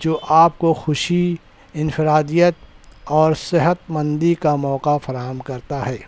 جو آپ كو خوشی انفرادیت اور صحت مندی كا موقع فراہم کرتا ہے